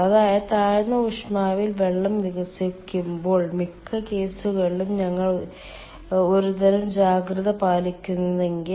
അതായത് താഴ്ന്ന ഊഷ്മാവിൽ വെള്ളം വികസിക്കുമ്പോൾ മിക്ക കേസുകളിലും ഞങ്ങൾ ഒരുതരം ജാഗ്രത പാലിക്കുന്നില്ലെങ്കിൽ